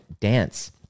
dance